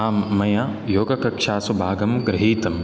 आम् मया योगकक्षासु भागं गृहीतम्